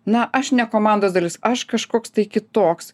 na aš ne komandos dalis aš kažkoks tai kitoks